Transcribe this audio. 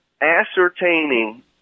ascertaining